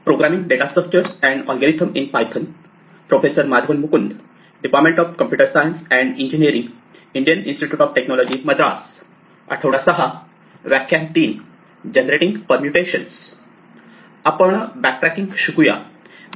आपण बॅकट्रॅकिंग शिकूया